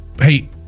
hey